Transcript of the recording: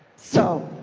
so.